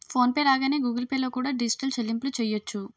phone pay లాగానే Google pay లో కూడా డిజిటల్ చెల్లింపులు చెయ్యొచ్చు